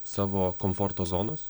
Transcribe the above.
savo komforto zonos